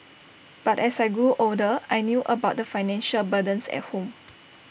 but as I grew older I knew about the financial burdens at home